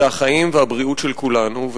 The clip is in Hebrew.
זה החיים והבריאות של כולנו,